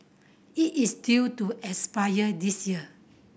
it is due to expire this year